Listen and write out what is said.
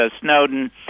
Snowden